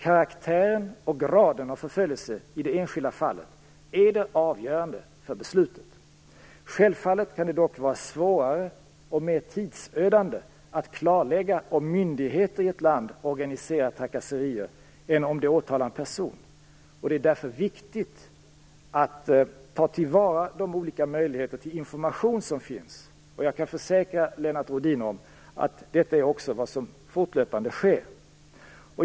Karaktären och graden av förföljelse i det enskilda fallet är det avgörande för beslutet. Självfallet kan det dock vara svårare och mer tidsödande att klarlägga om myndigheter i ett land organiserar trakasserier än om de åtalar en person. Det är därför viktigt att ta till vara de olika möjligheter till information som finns, och jag kan försäkra Lennart Rohdin om att detta också är vad som fortlöpande sker.